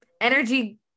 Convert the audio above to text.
energy